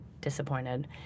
disappointed